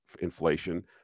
inflation